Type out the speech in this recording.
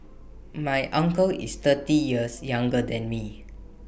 my uncle is thirty years younger than me